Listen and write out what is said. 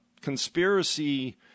conspiracy